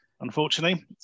Unfortunately